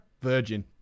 Virgin